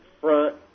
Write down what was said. front